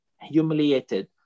humiliated